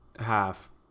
half